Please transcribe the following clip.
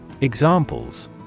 Examples